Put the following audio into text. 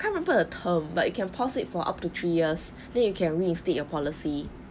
can't remember the term but it can pause it for up to three years then you can reinstate your policy